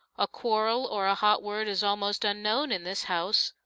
a quarrel or a hot word is almost unknown in this house.